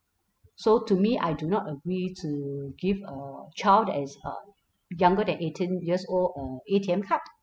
so to me I do not agree to give a child that is uh younger than eighteen years old a A_T_M card